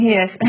Yes